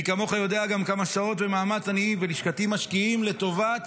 מי כמוך יודע גם כמה שעות ומאמץ אני ולשכתי משקיעים לטובת